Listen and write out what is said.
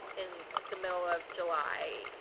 in the middle of july,